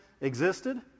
existed